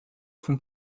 font